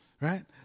right